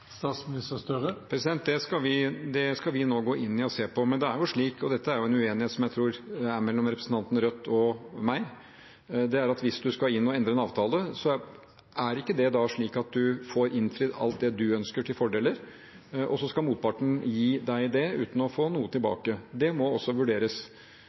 Det skal vi nå gå inn i og se på, men hvis man skal inn og endre en avtale – og dette er det en uenighet om mellom representanten fra Rødt og meg, tror jeg – får man ikke innfridd alt det man ønsker seg av fordeler, og så skal motparten måtte gi deg det uten å få noe tilbake. Det må også vurderes.